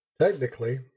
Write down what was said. Technically